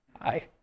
Hi